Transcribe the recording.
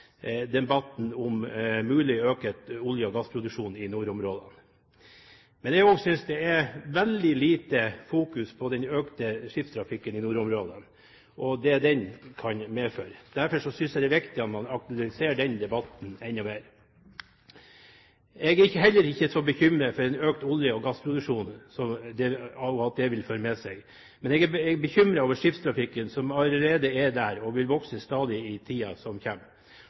nordområdene. Jeg synes det er veldig lite fokus på den økte skipstrafikken i nordområdene og det den kan medføre. Derfor synes jeg det er viktig at man aktualiserer den debatten enda mer. Jeg er ikke så bekymret for en økt olje- og gassproduksjon og hva den vil føre med seg, men jeg er bekymret over skipstrafikken som allerede er der og vil vokse stadig i tiden som